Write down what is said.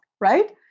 right